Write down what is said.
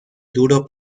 duro